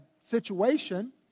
situation